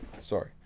Sorry